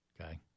Okay